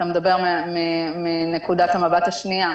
אתה מדבר מנקודת המבט השנייה,